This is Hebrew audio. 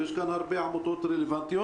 ויש כאן הרבה עמותות רלוונטיות.